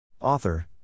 Author